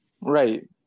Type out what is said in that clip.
Right